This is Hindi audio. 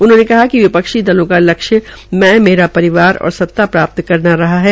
उन्होंने कहा कि विपक्षी दलों का लक्ष्य में मेरा परिवार और सता प्राप्त करना रहा है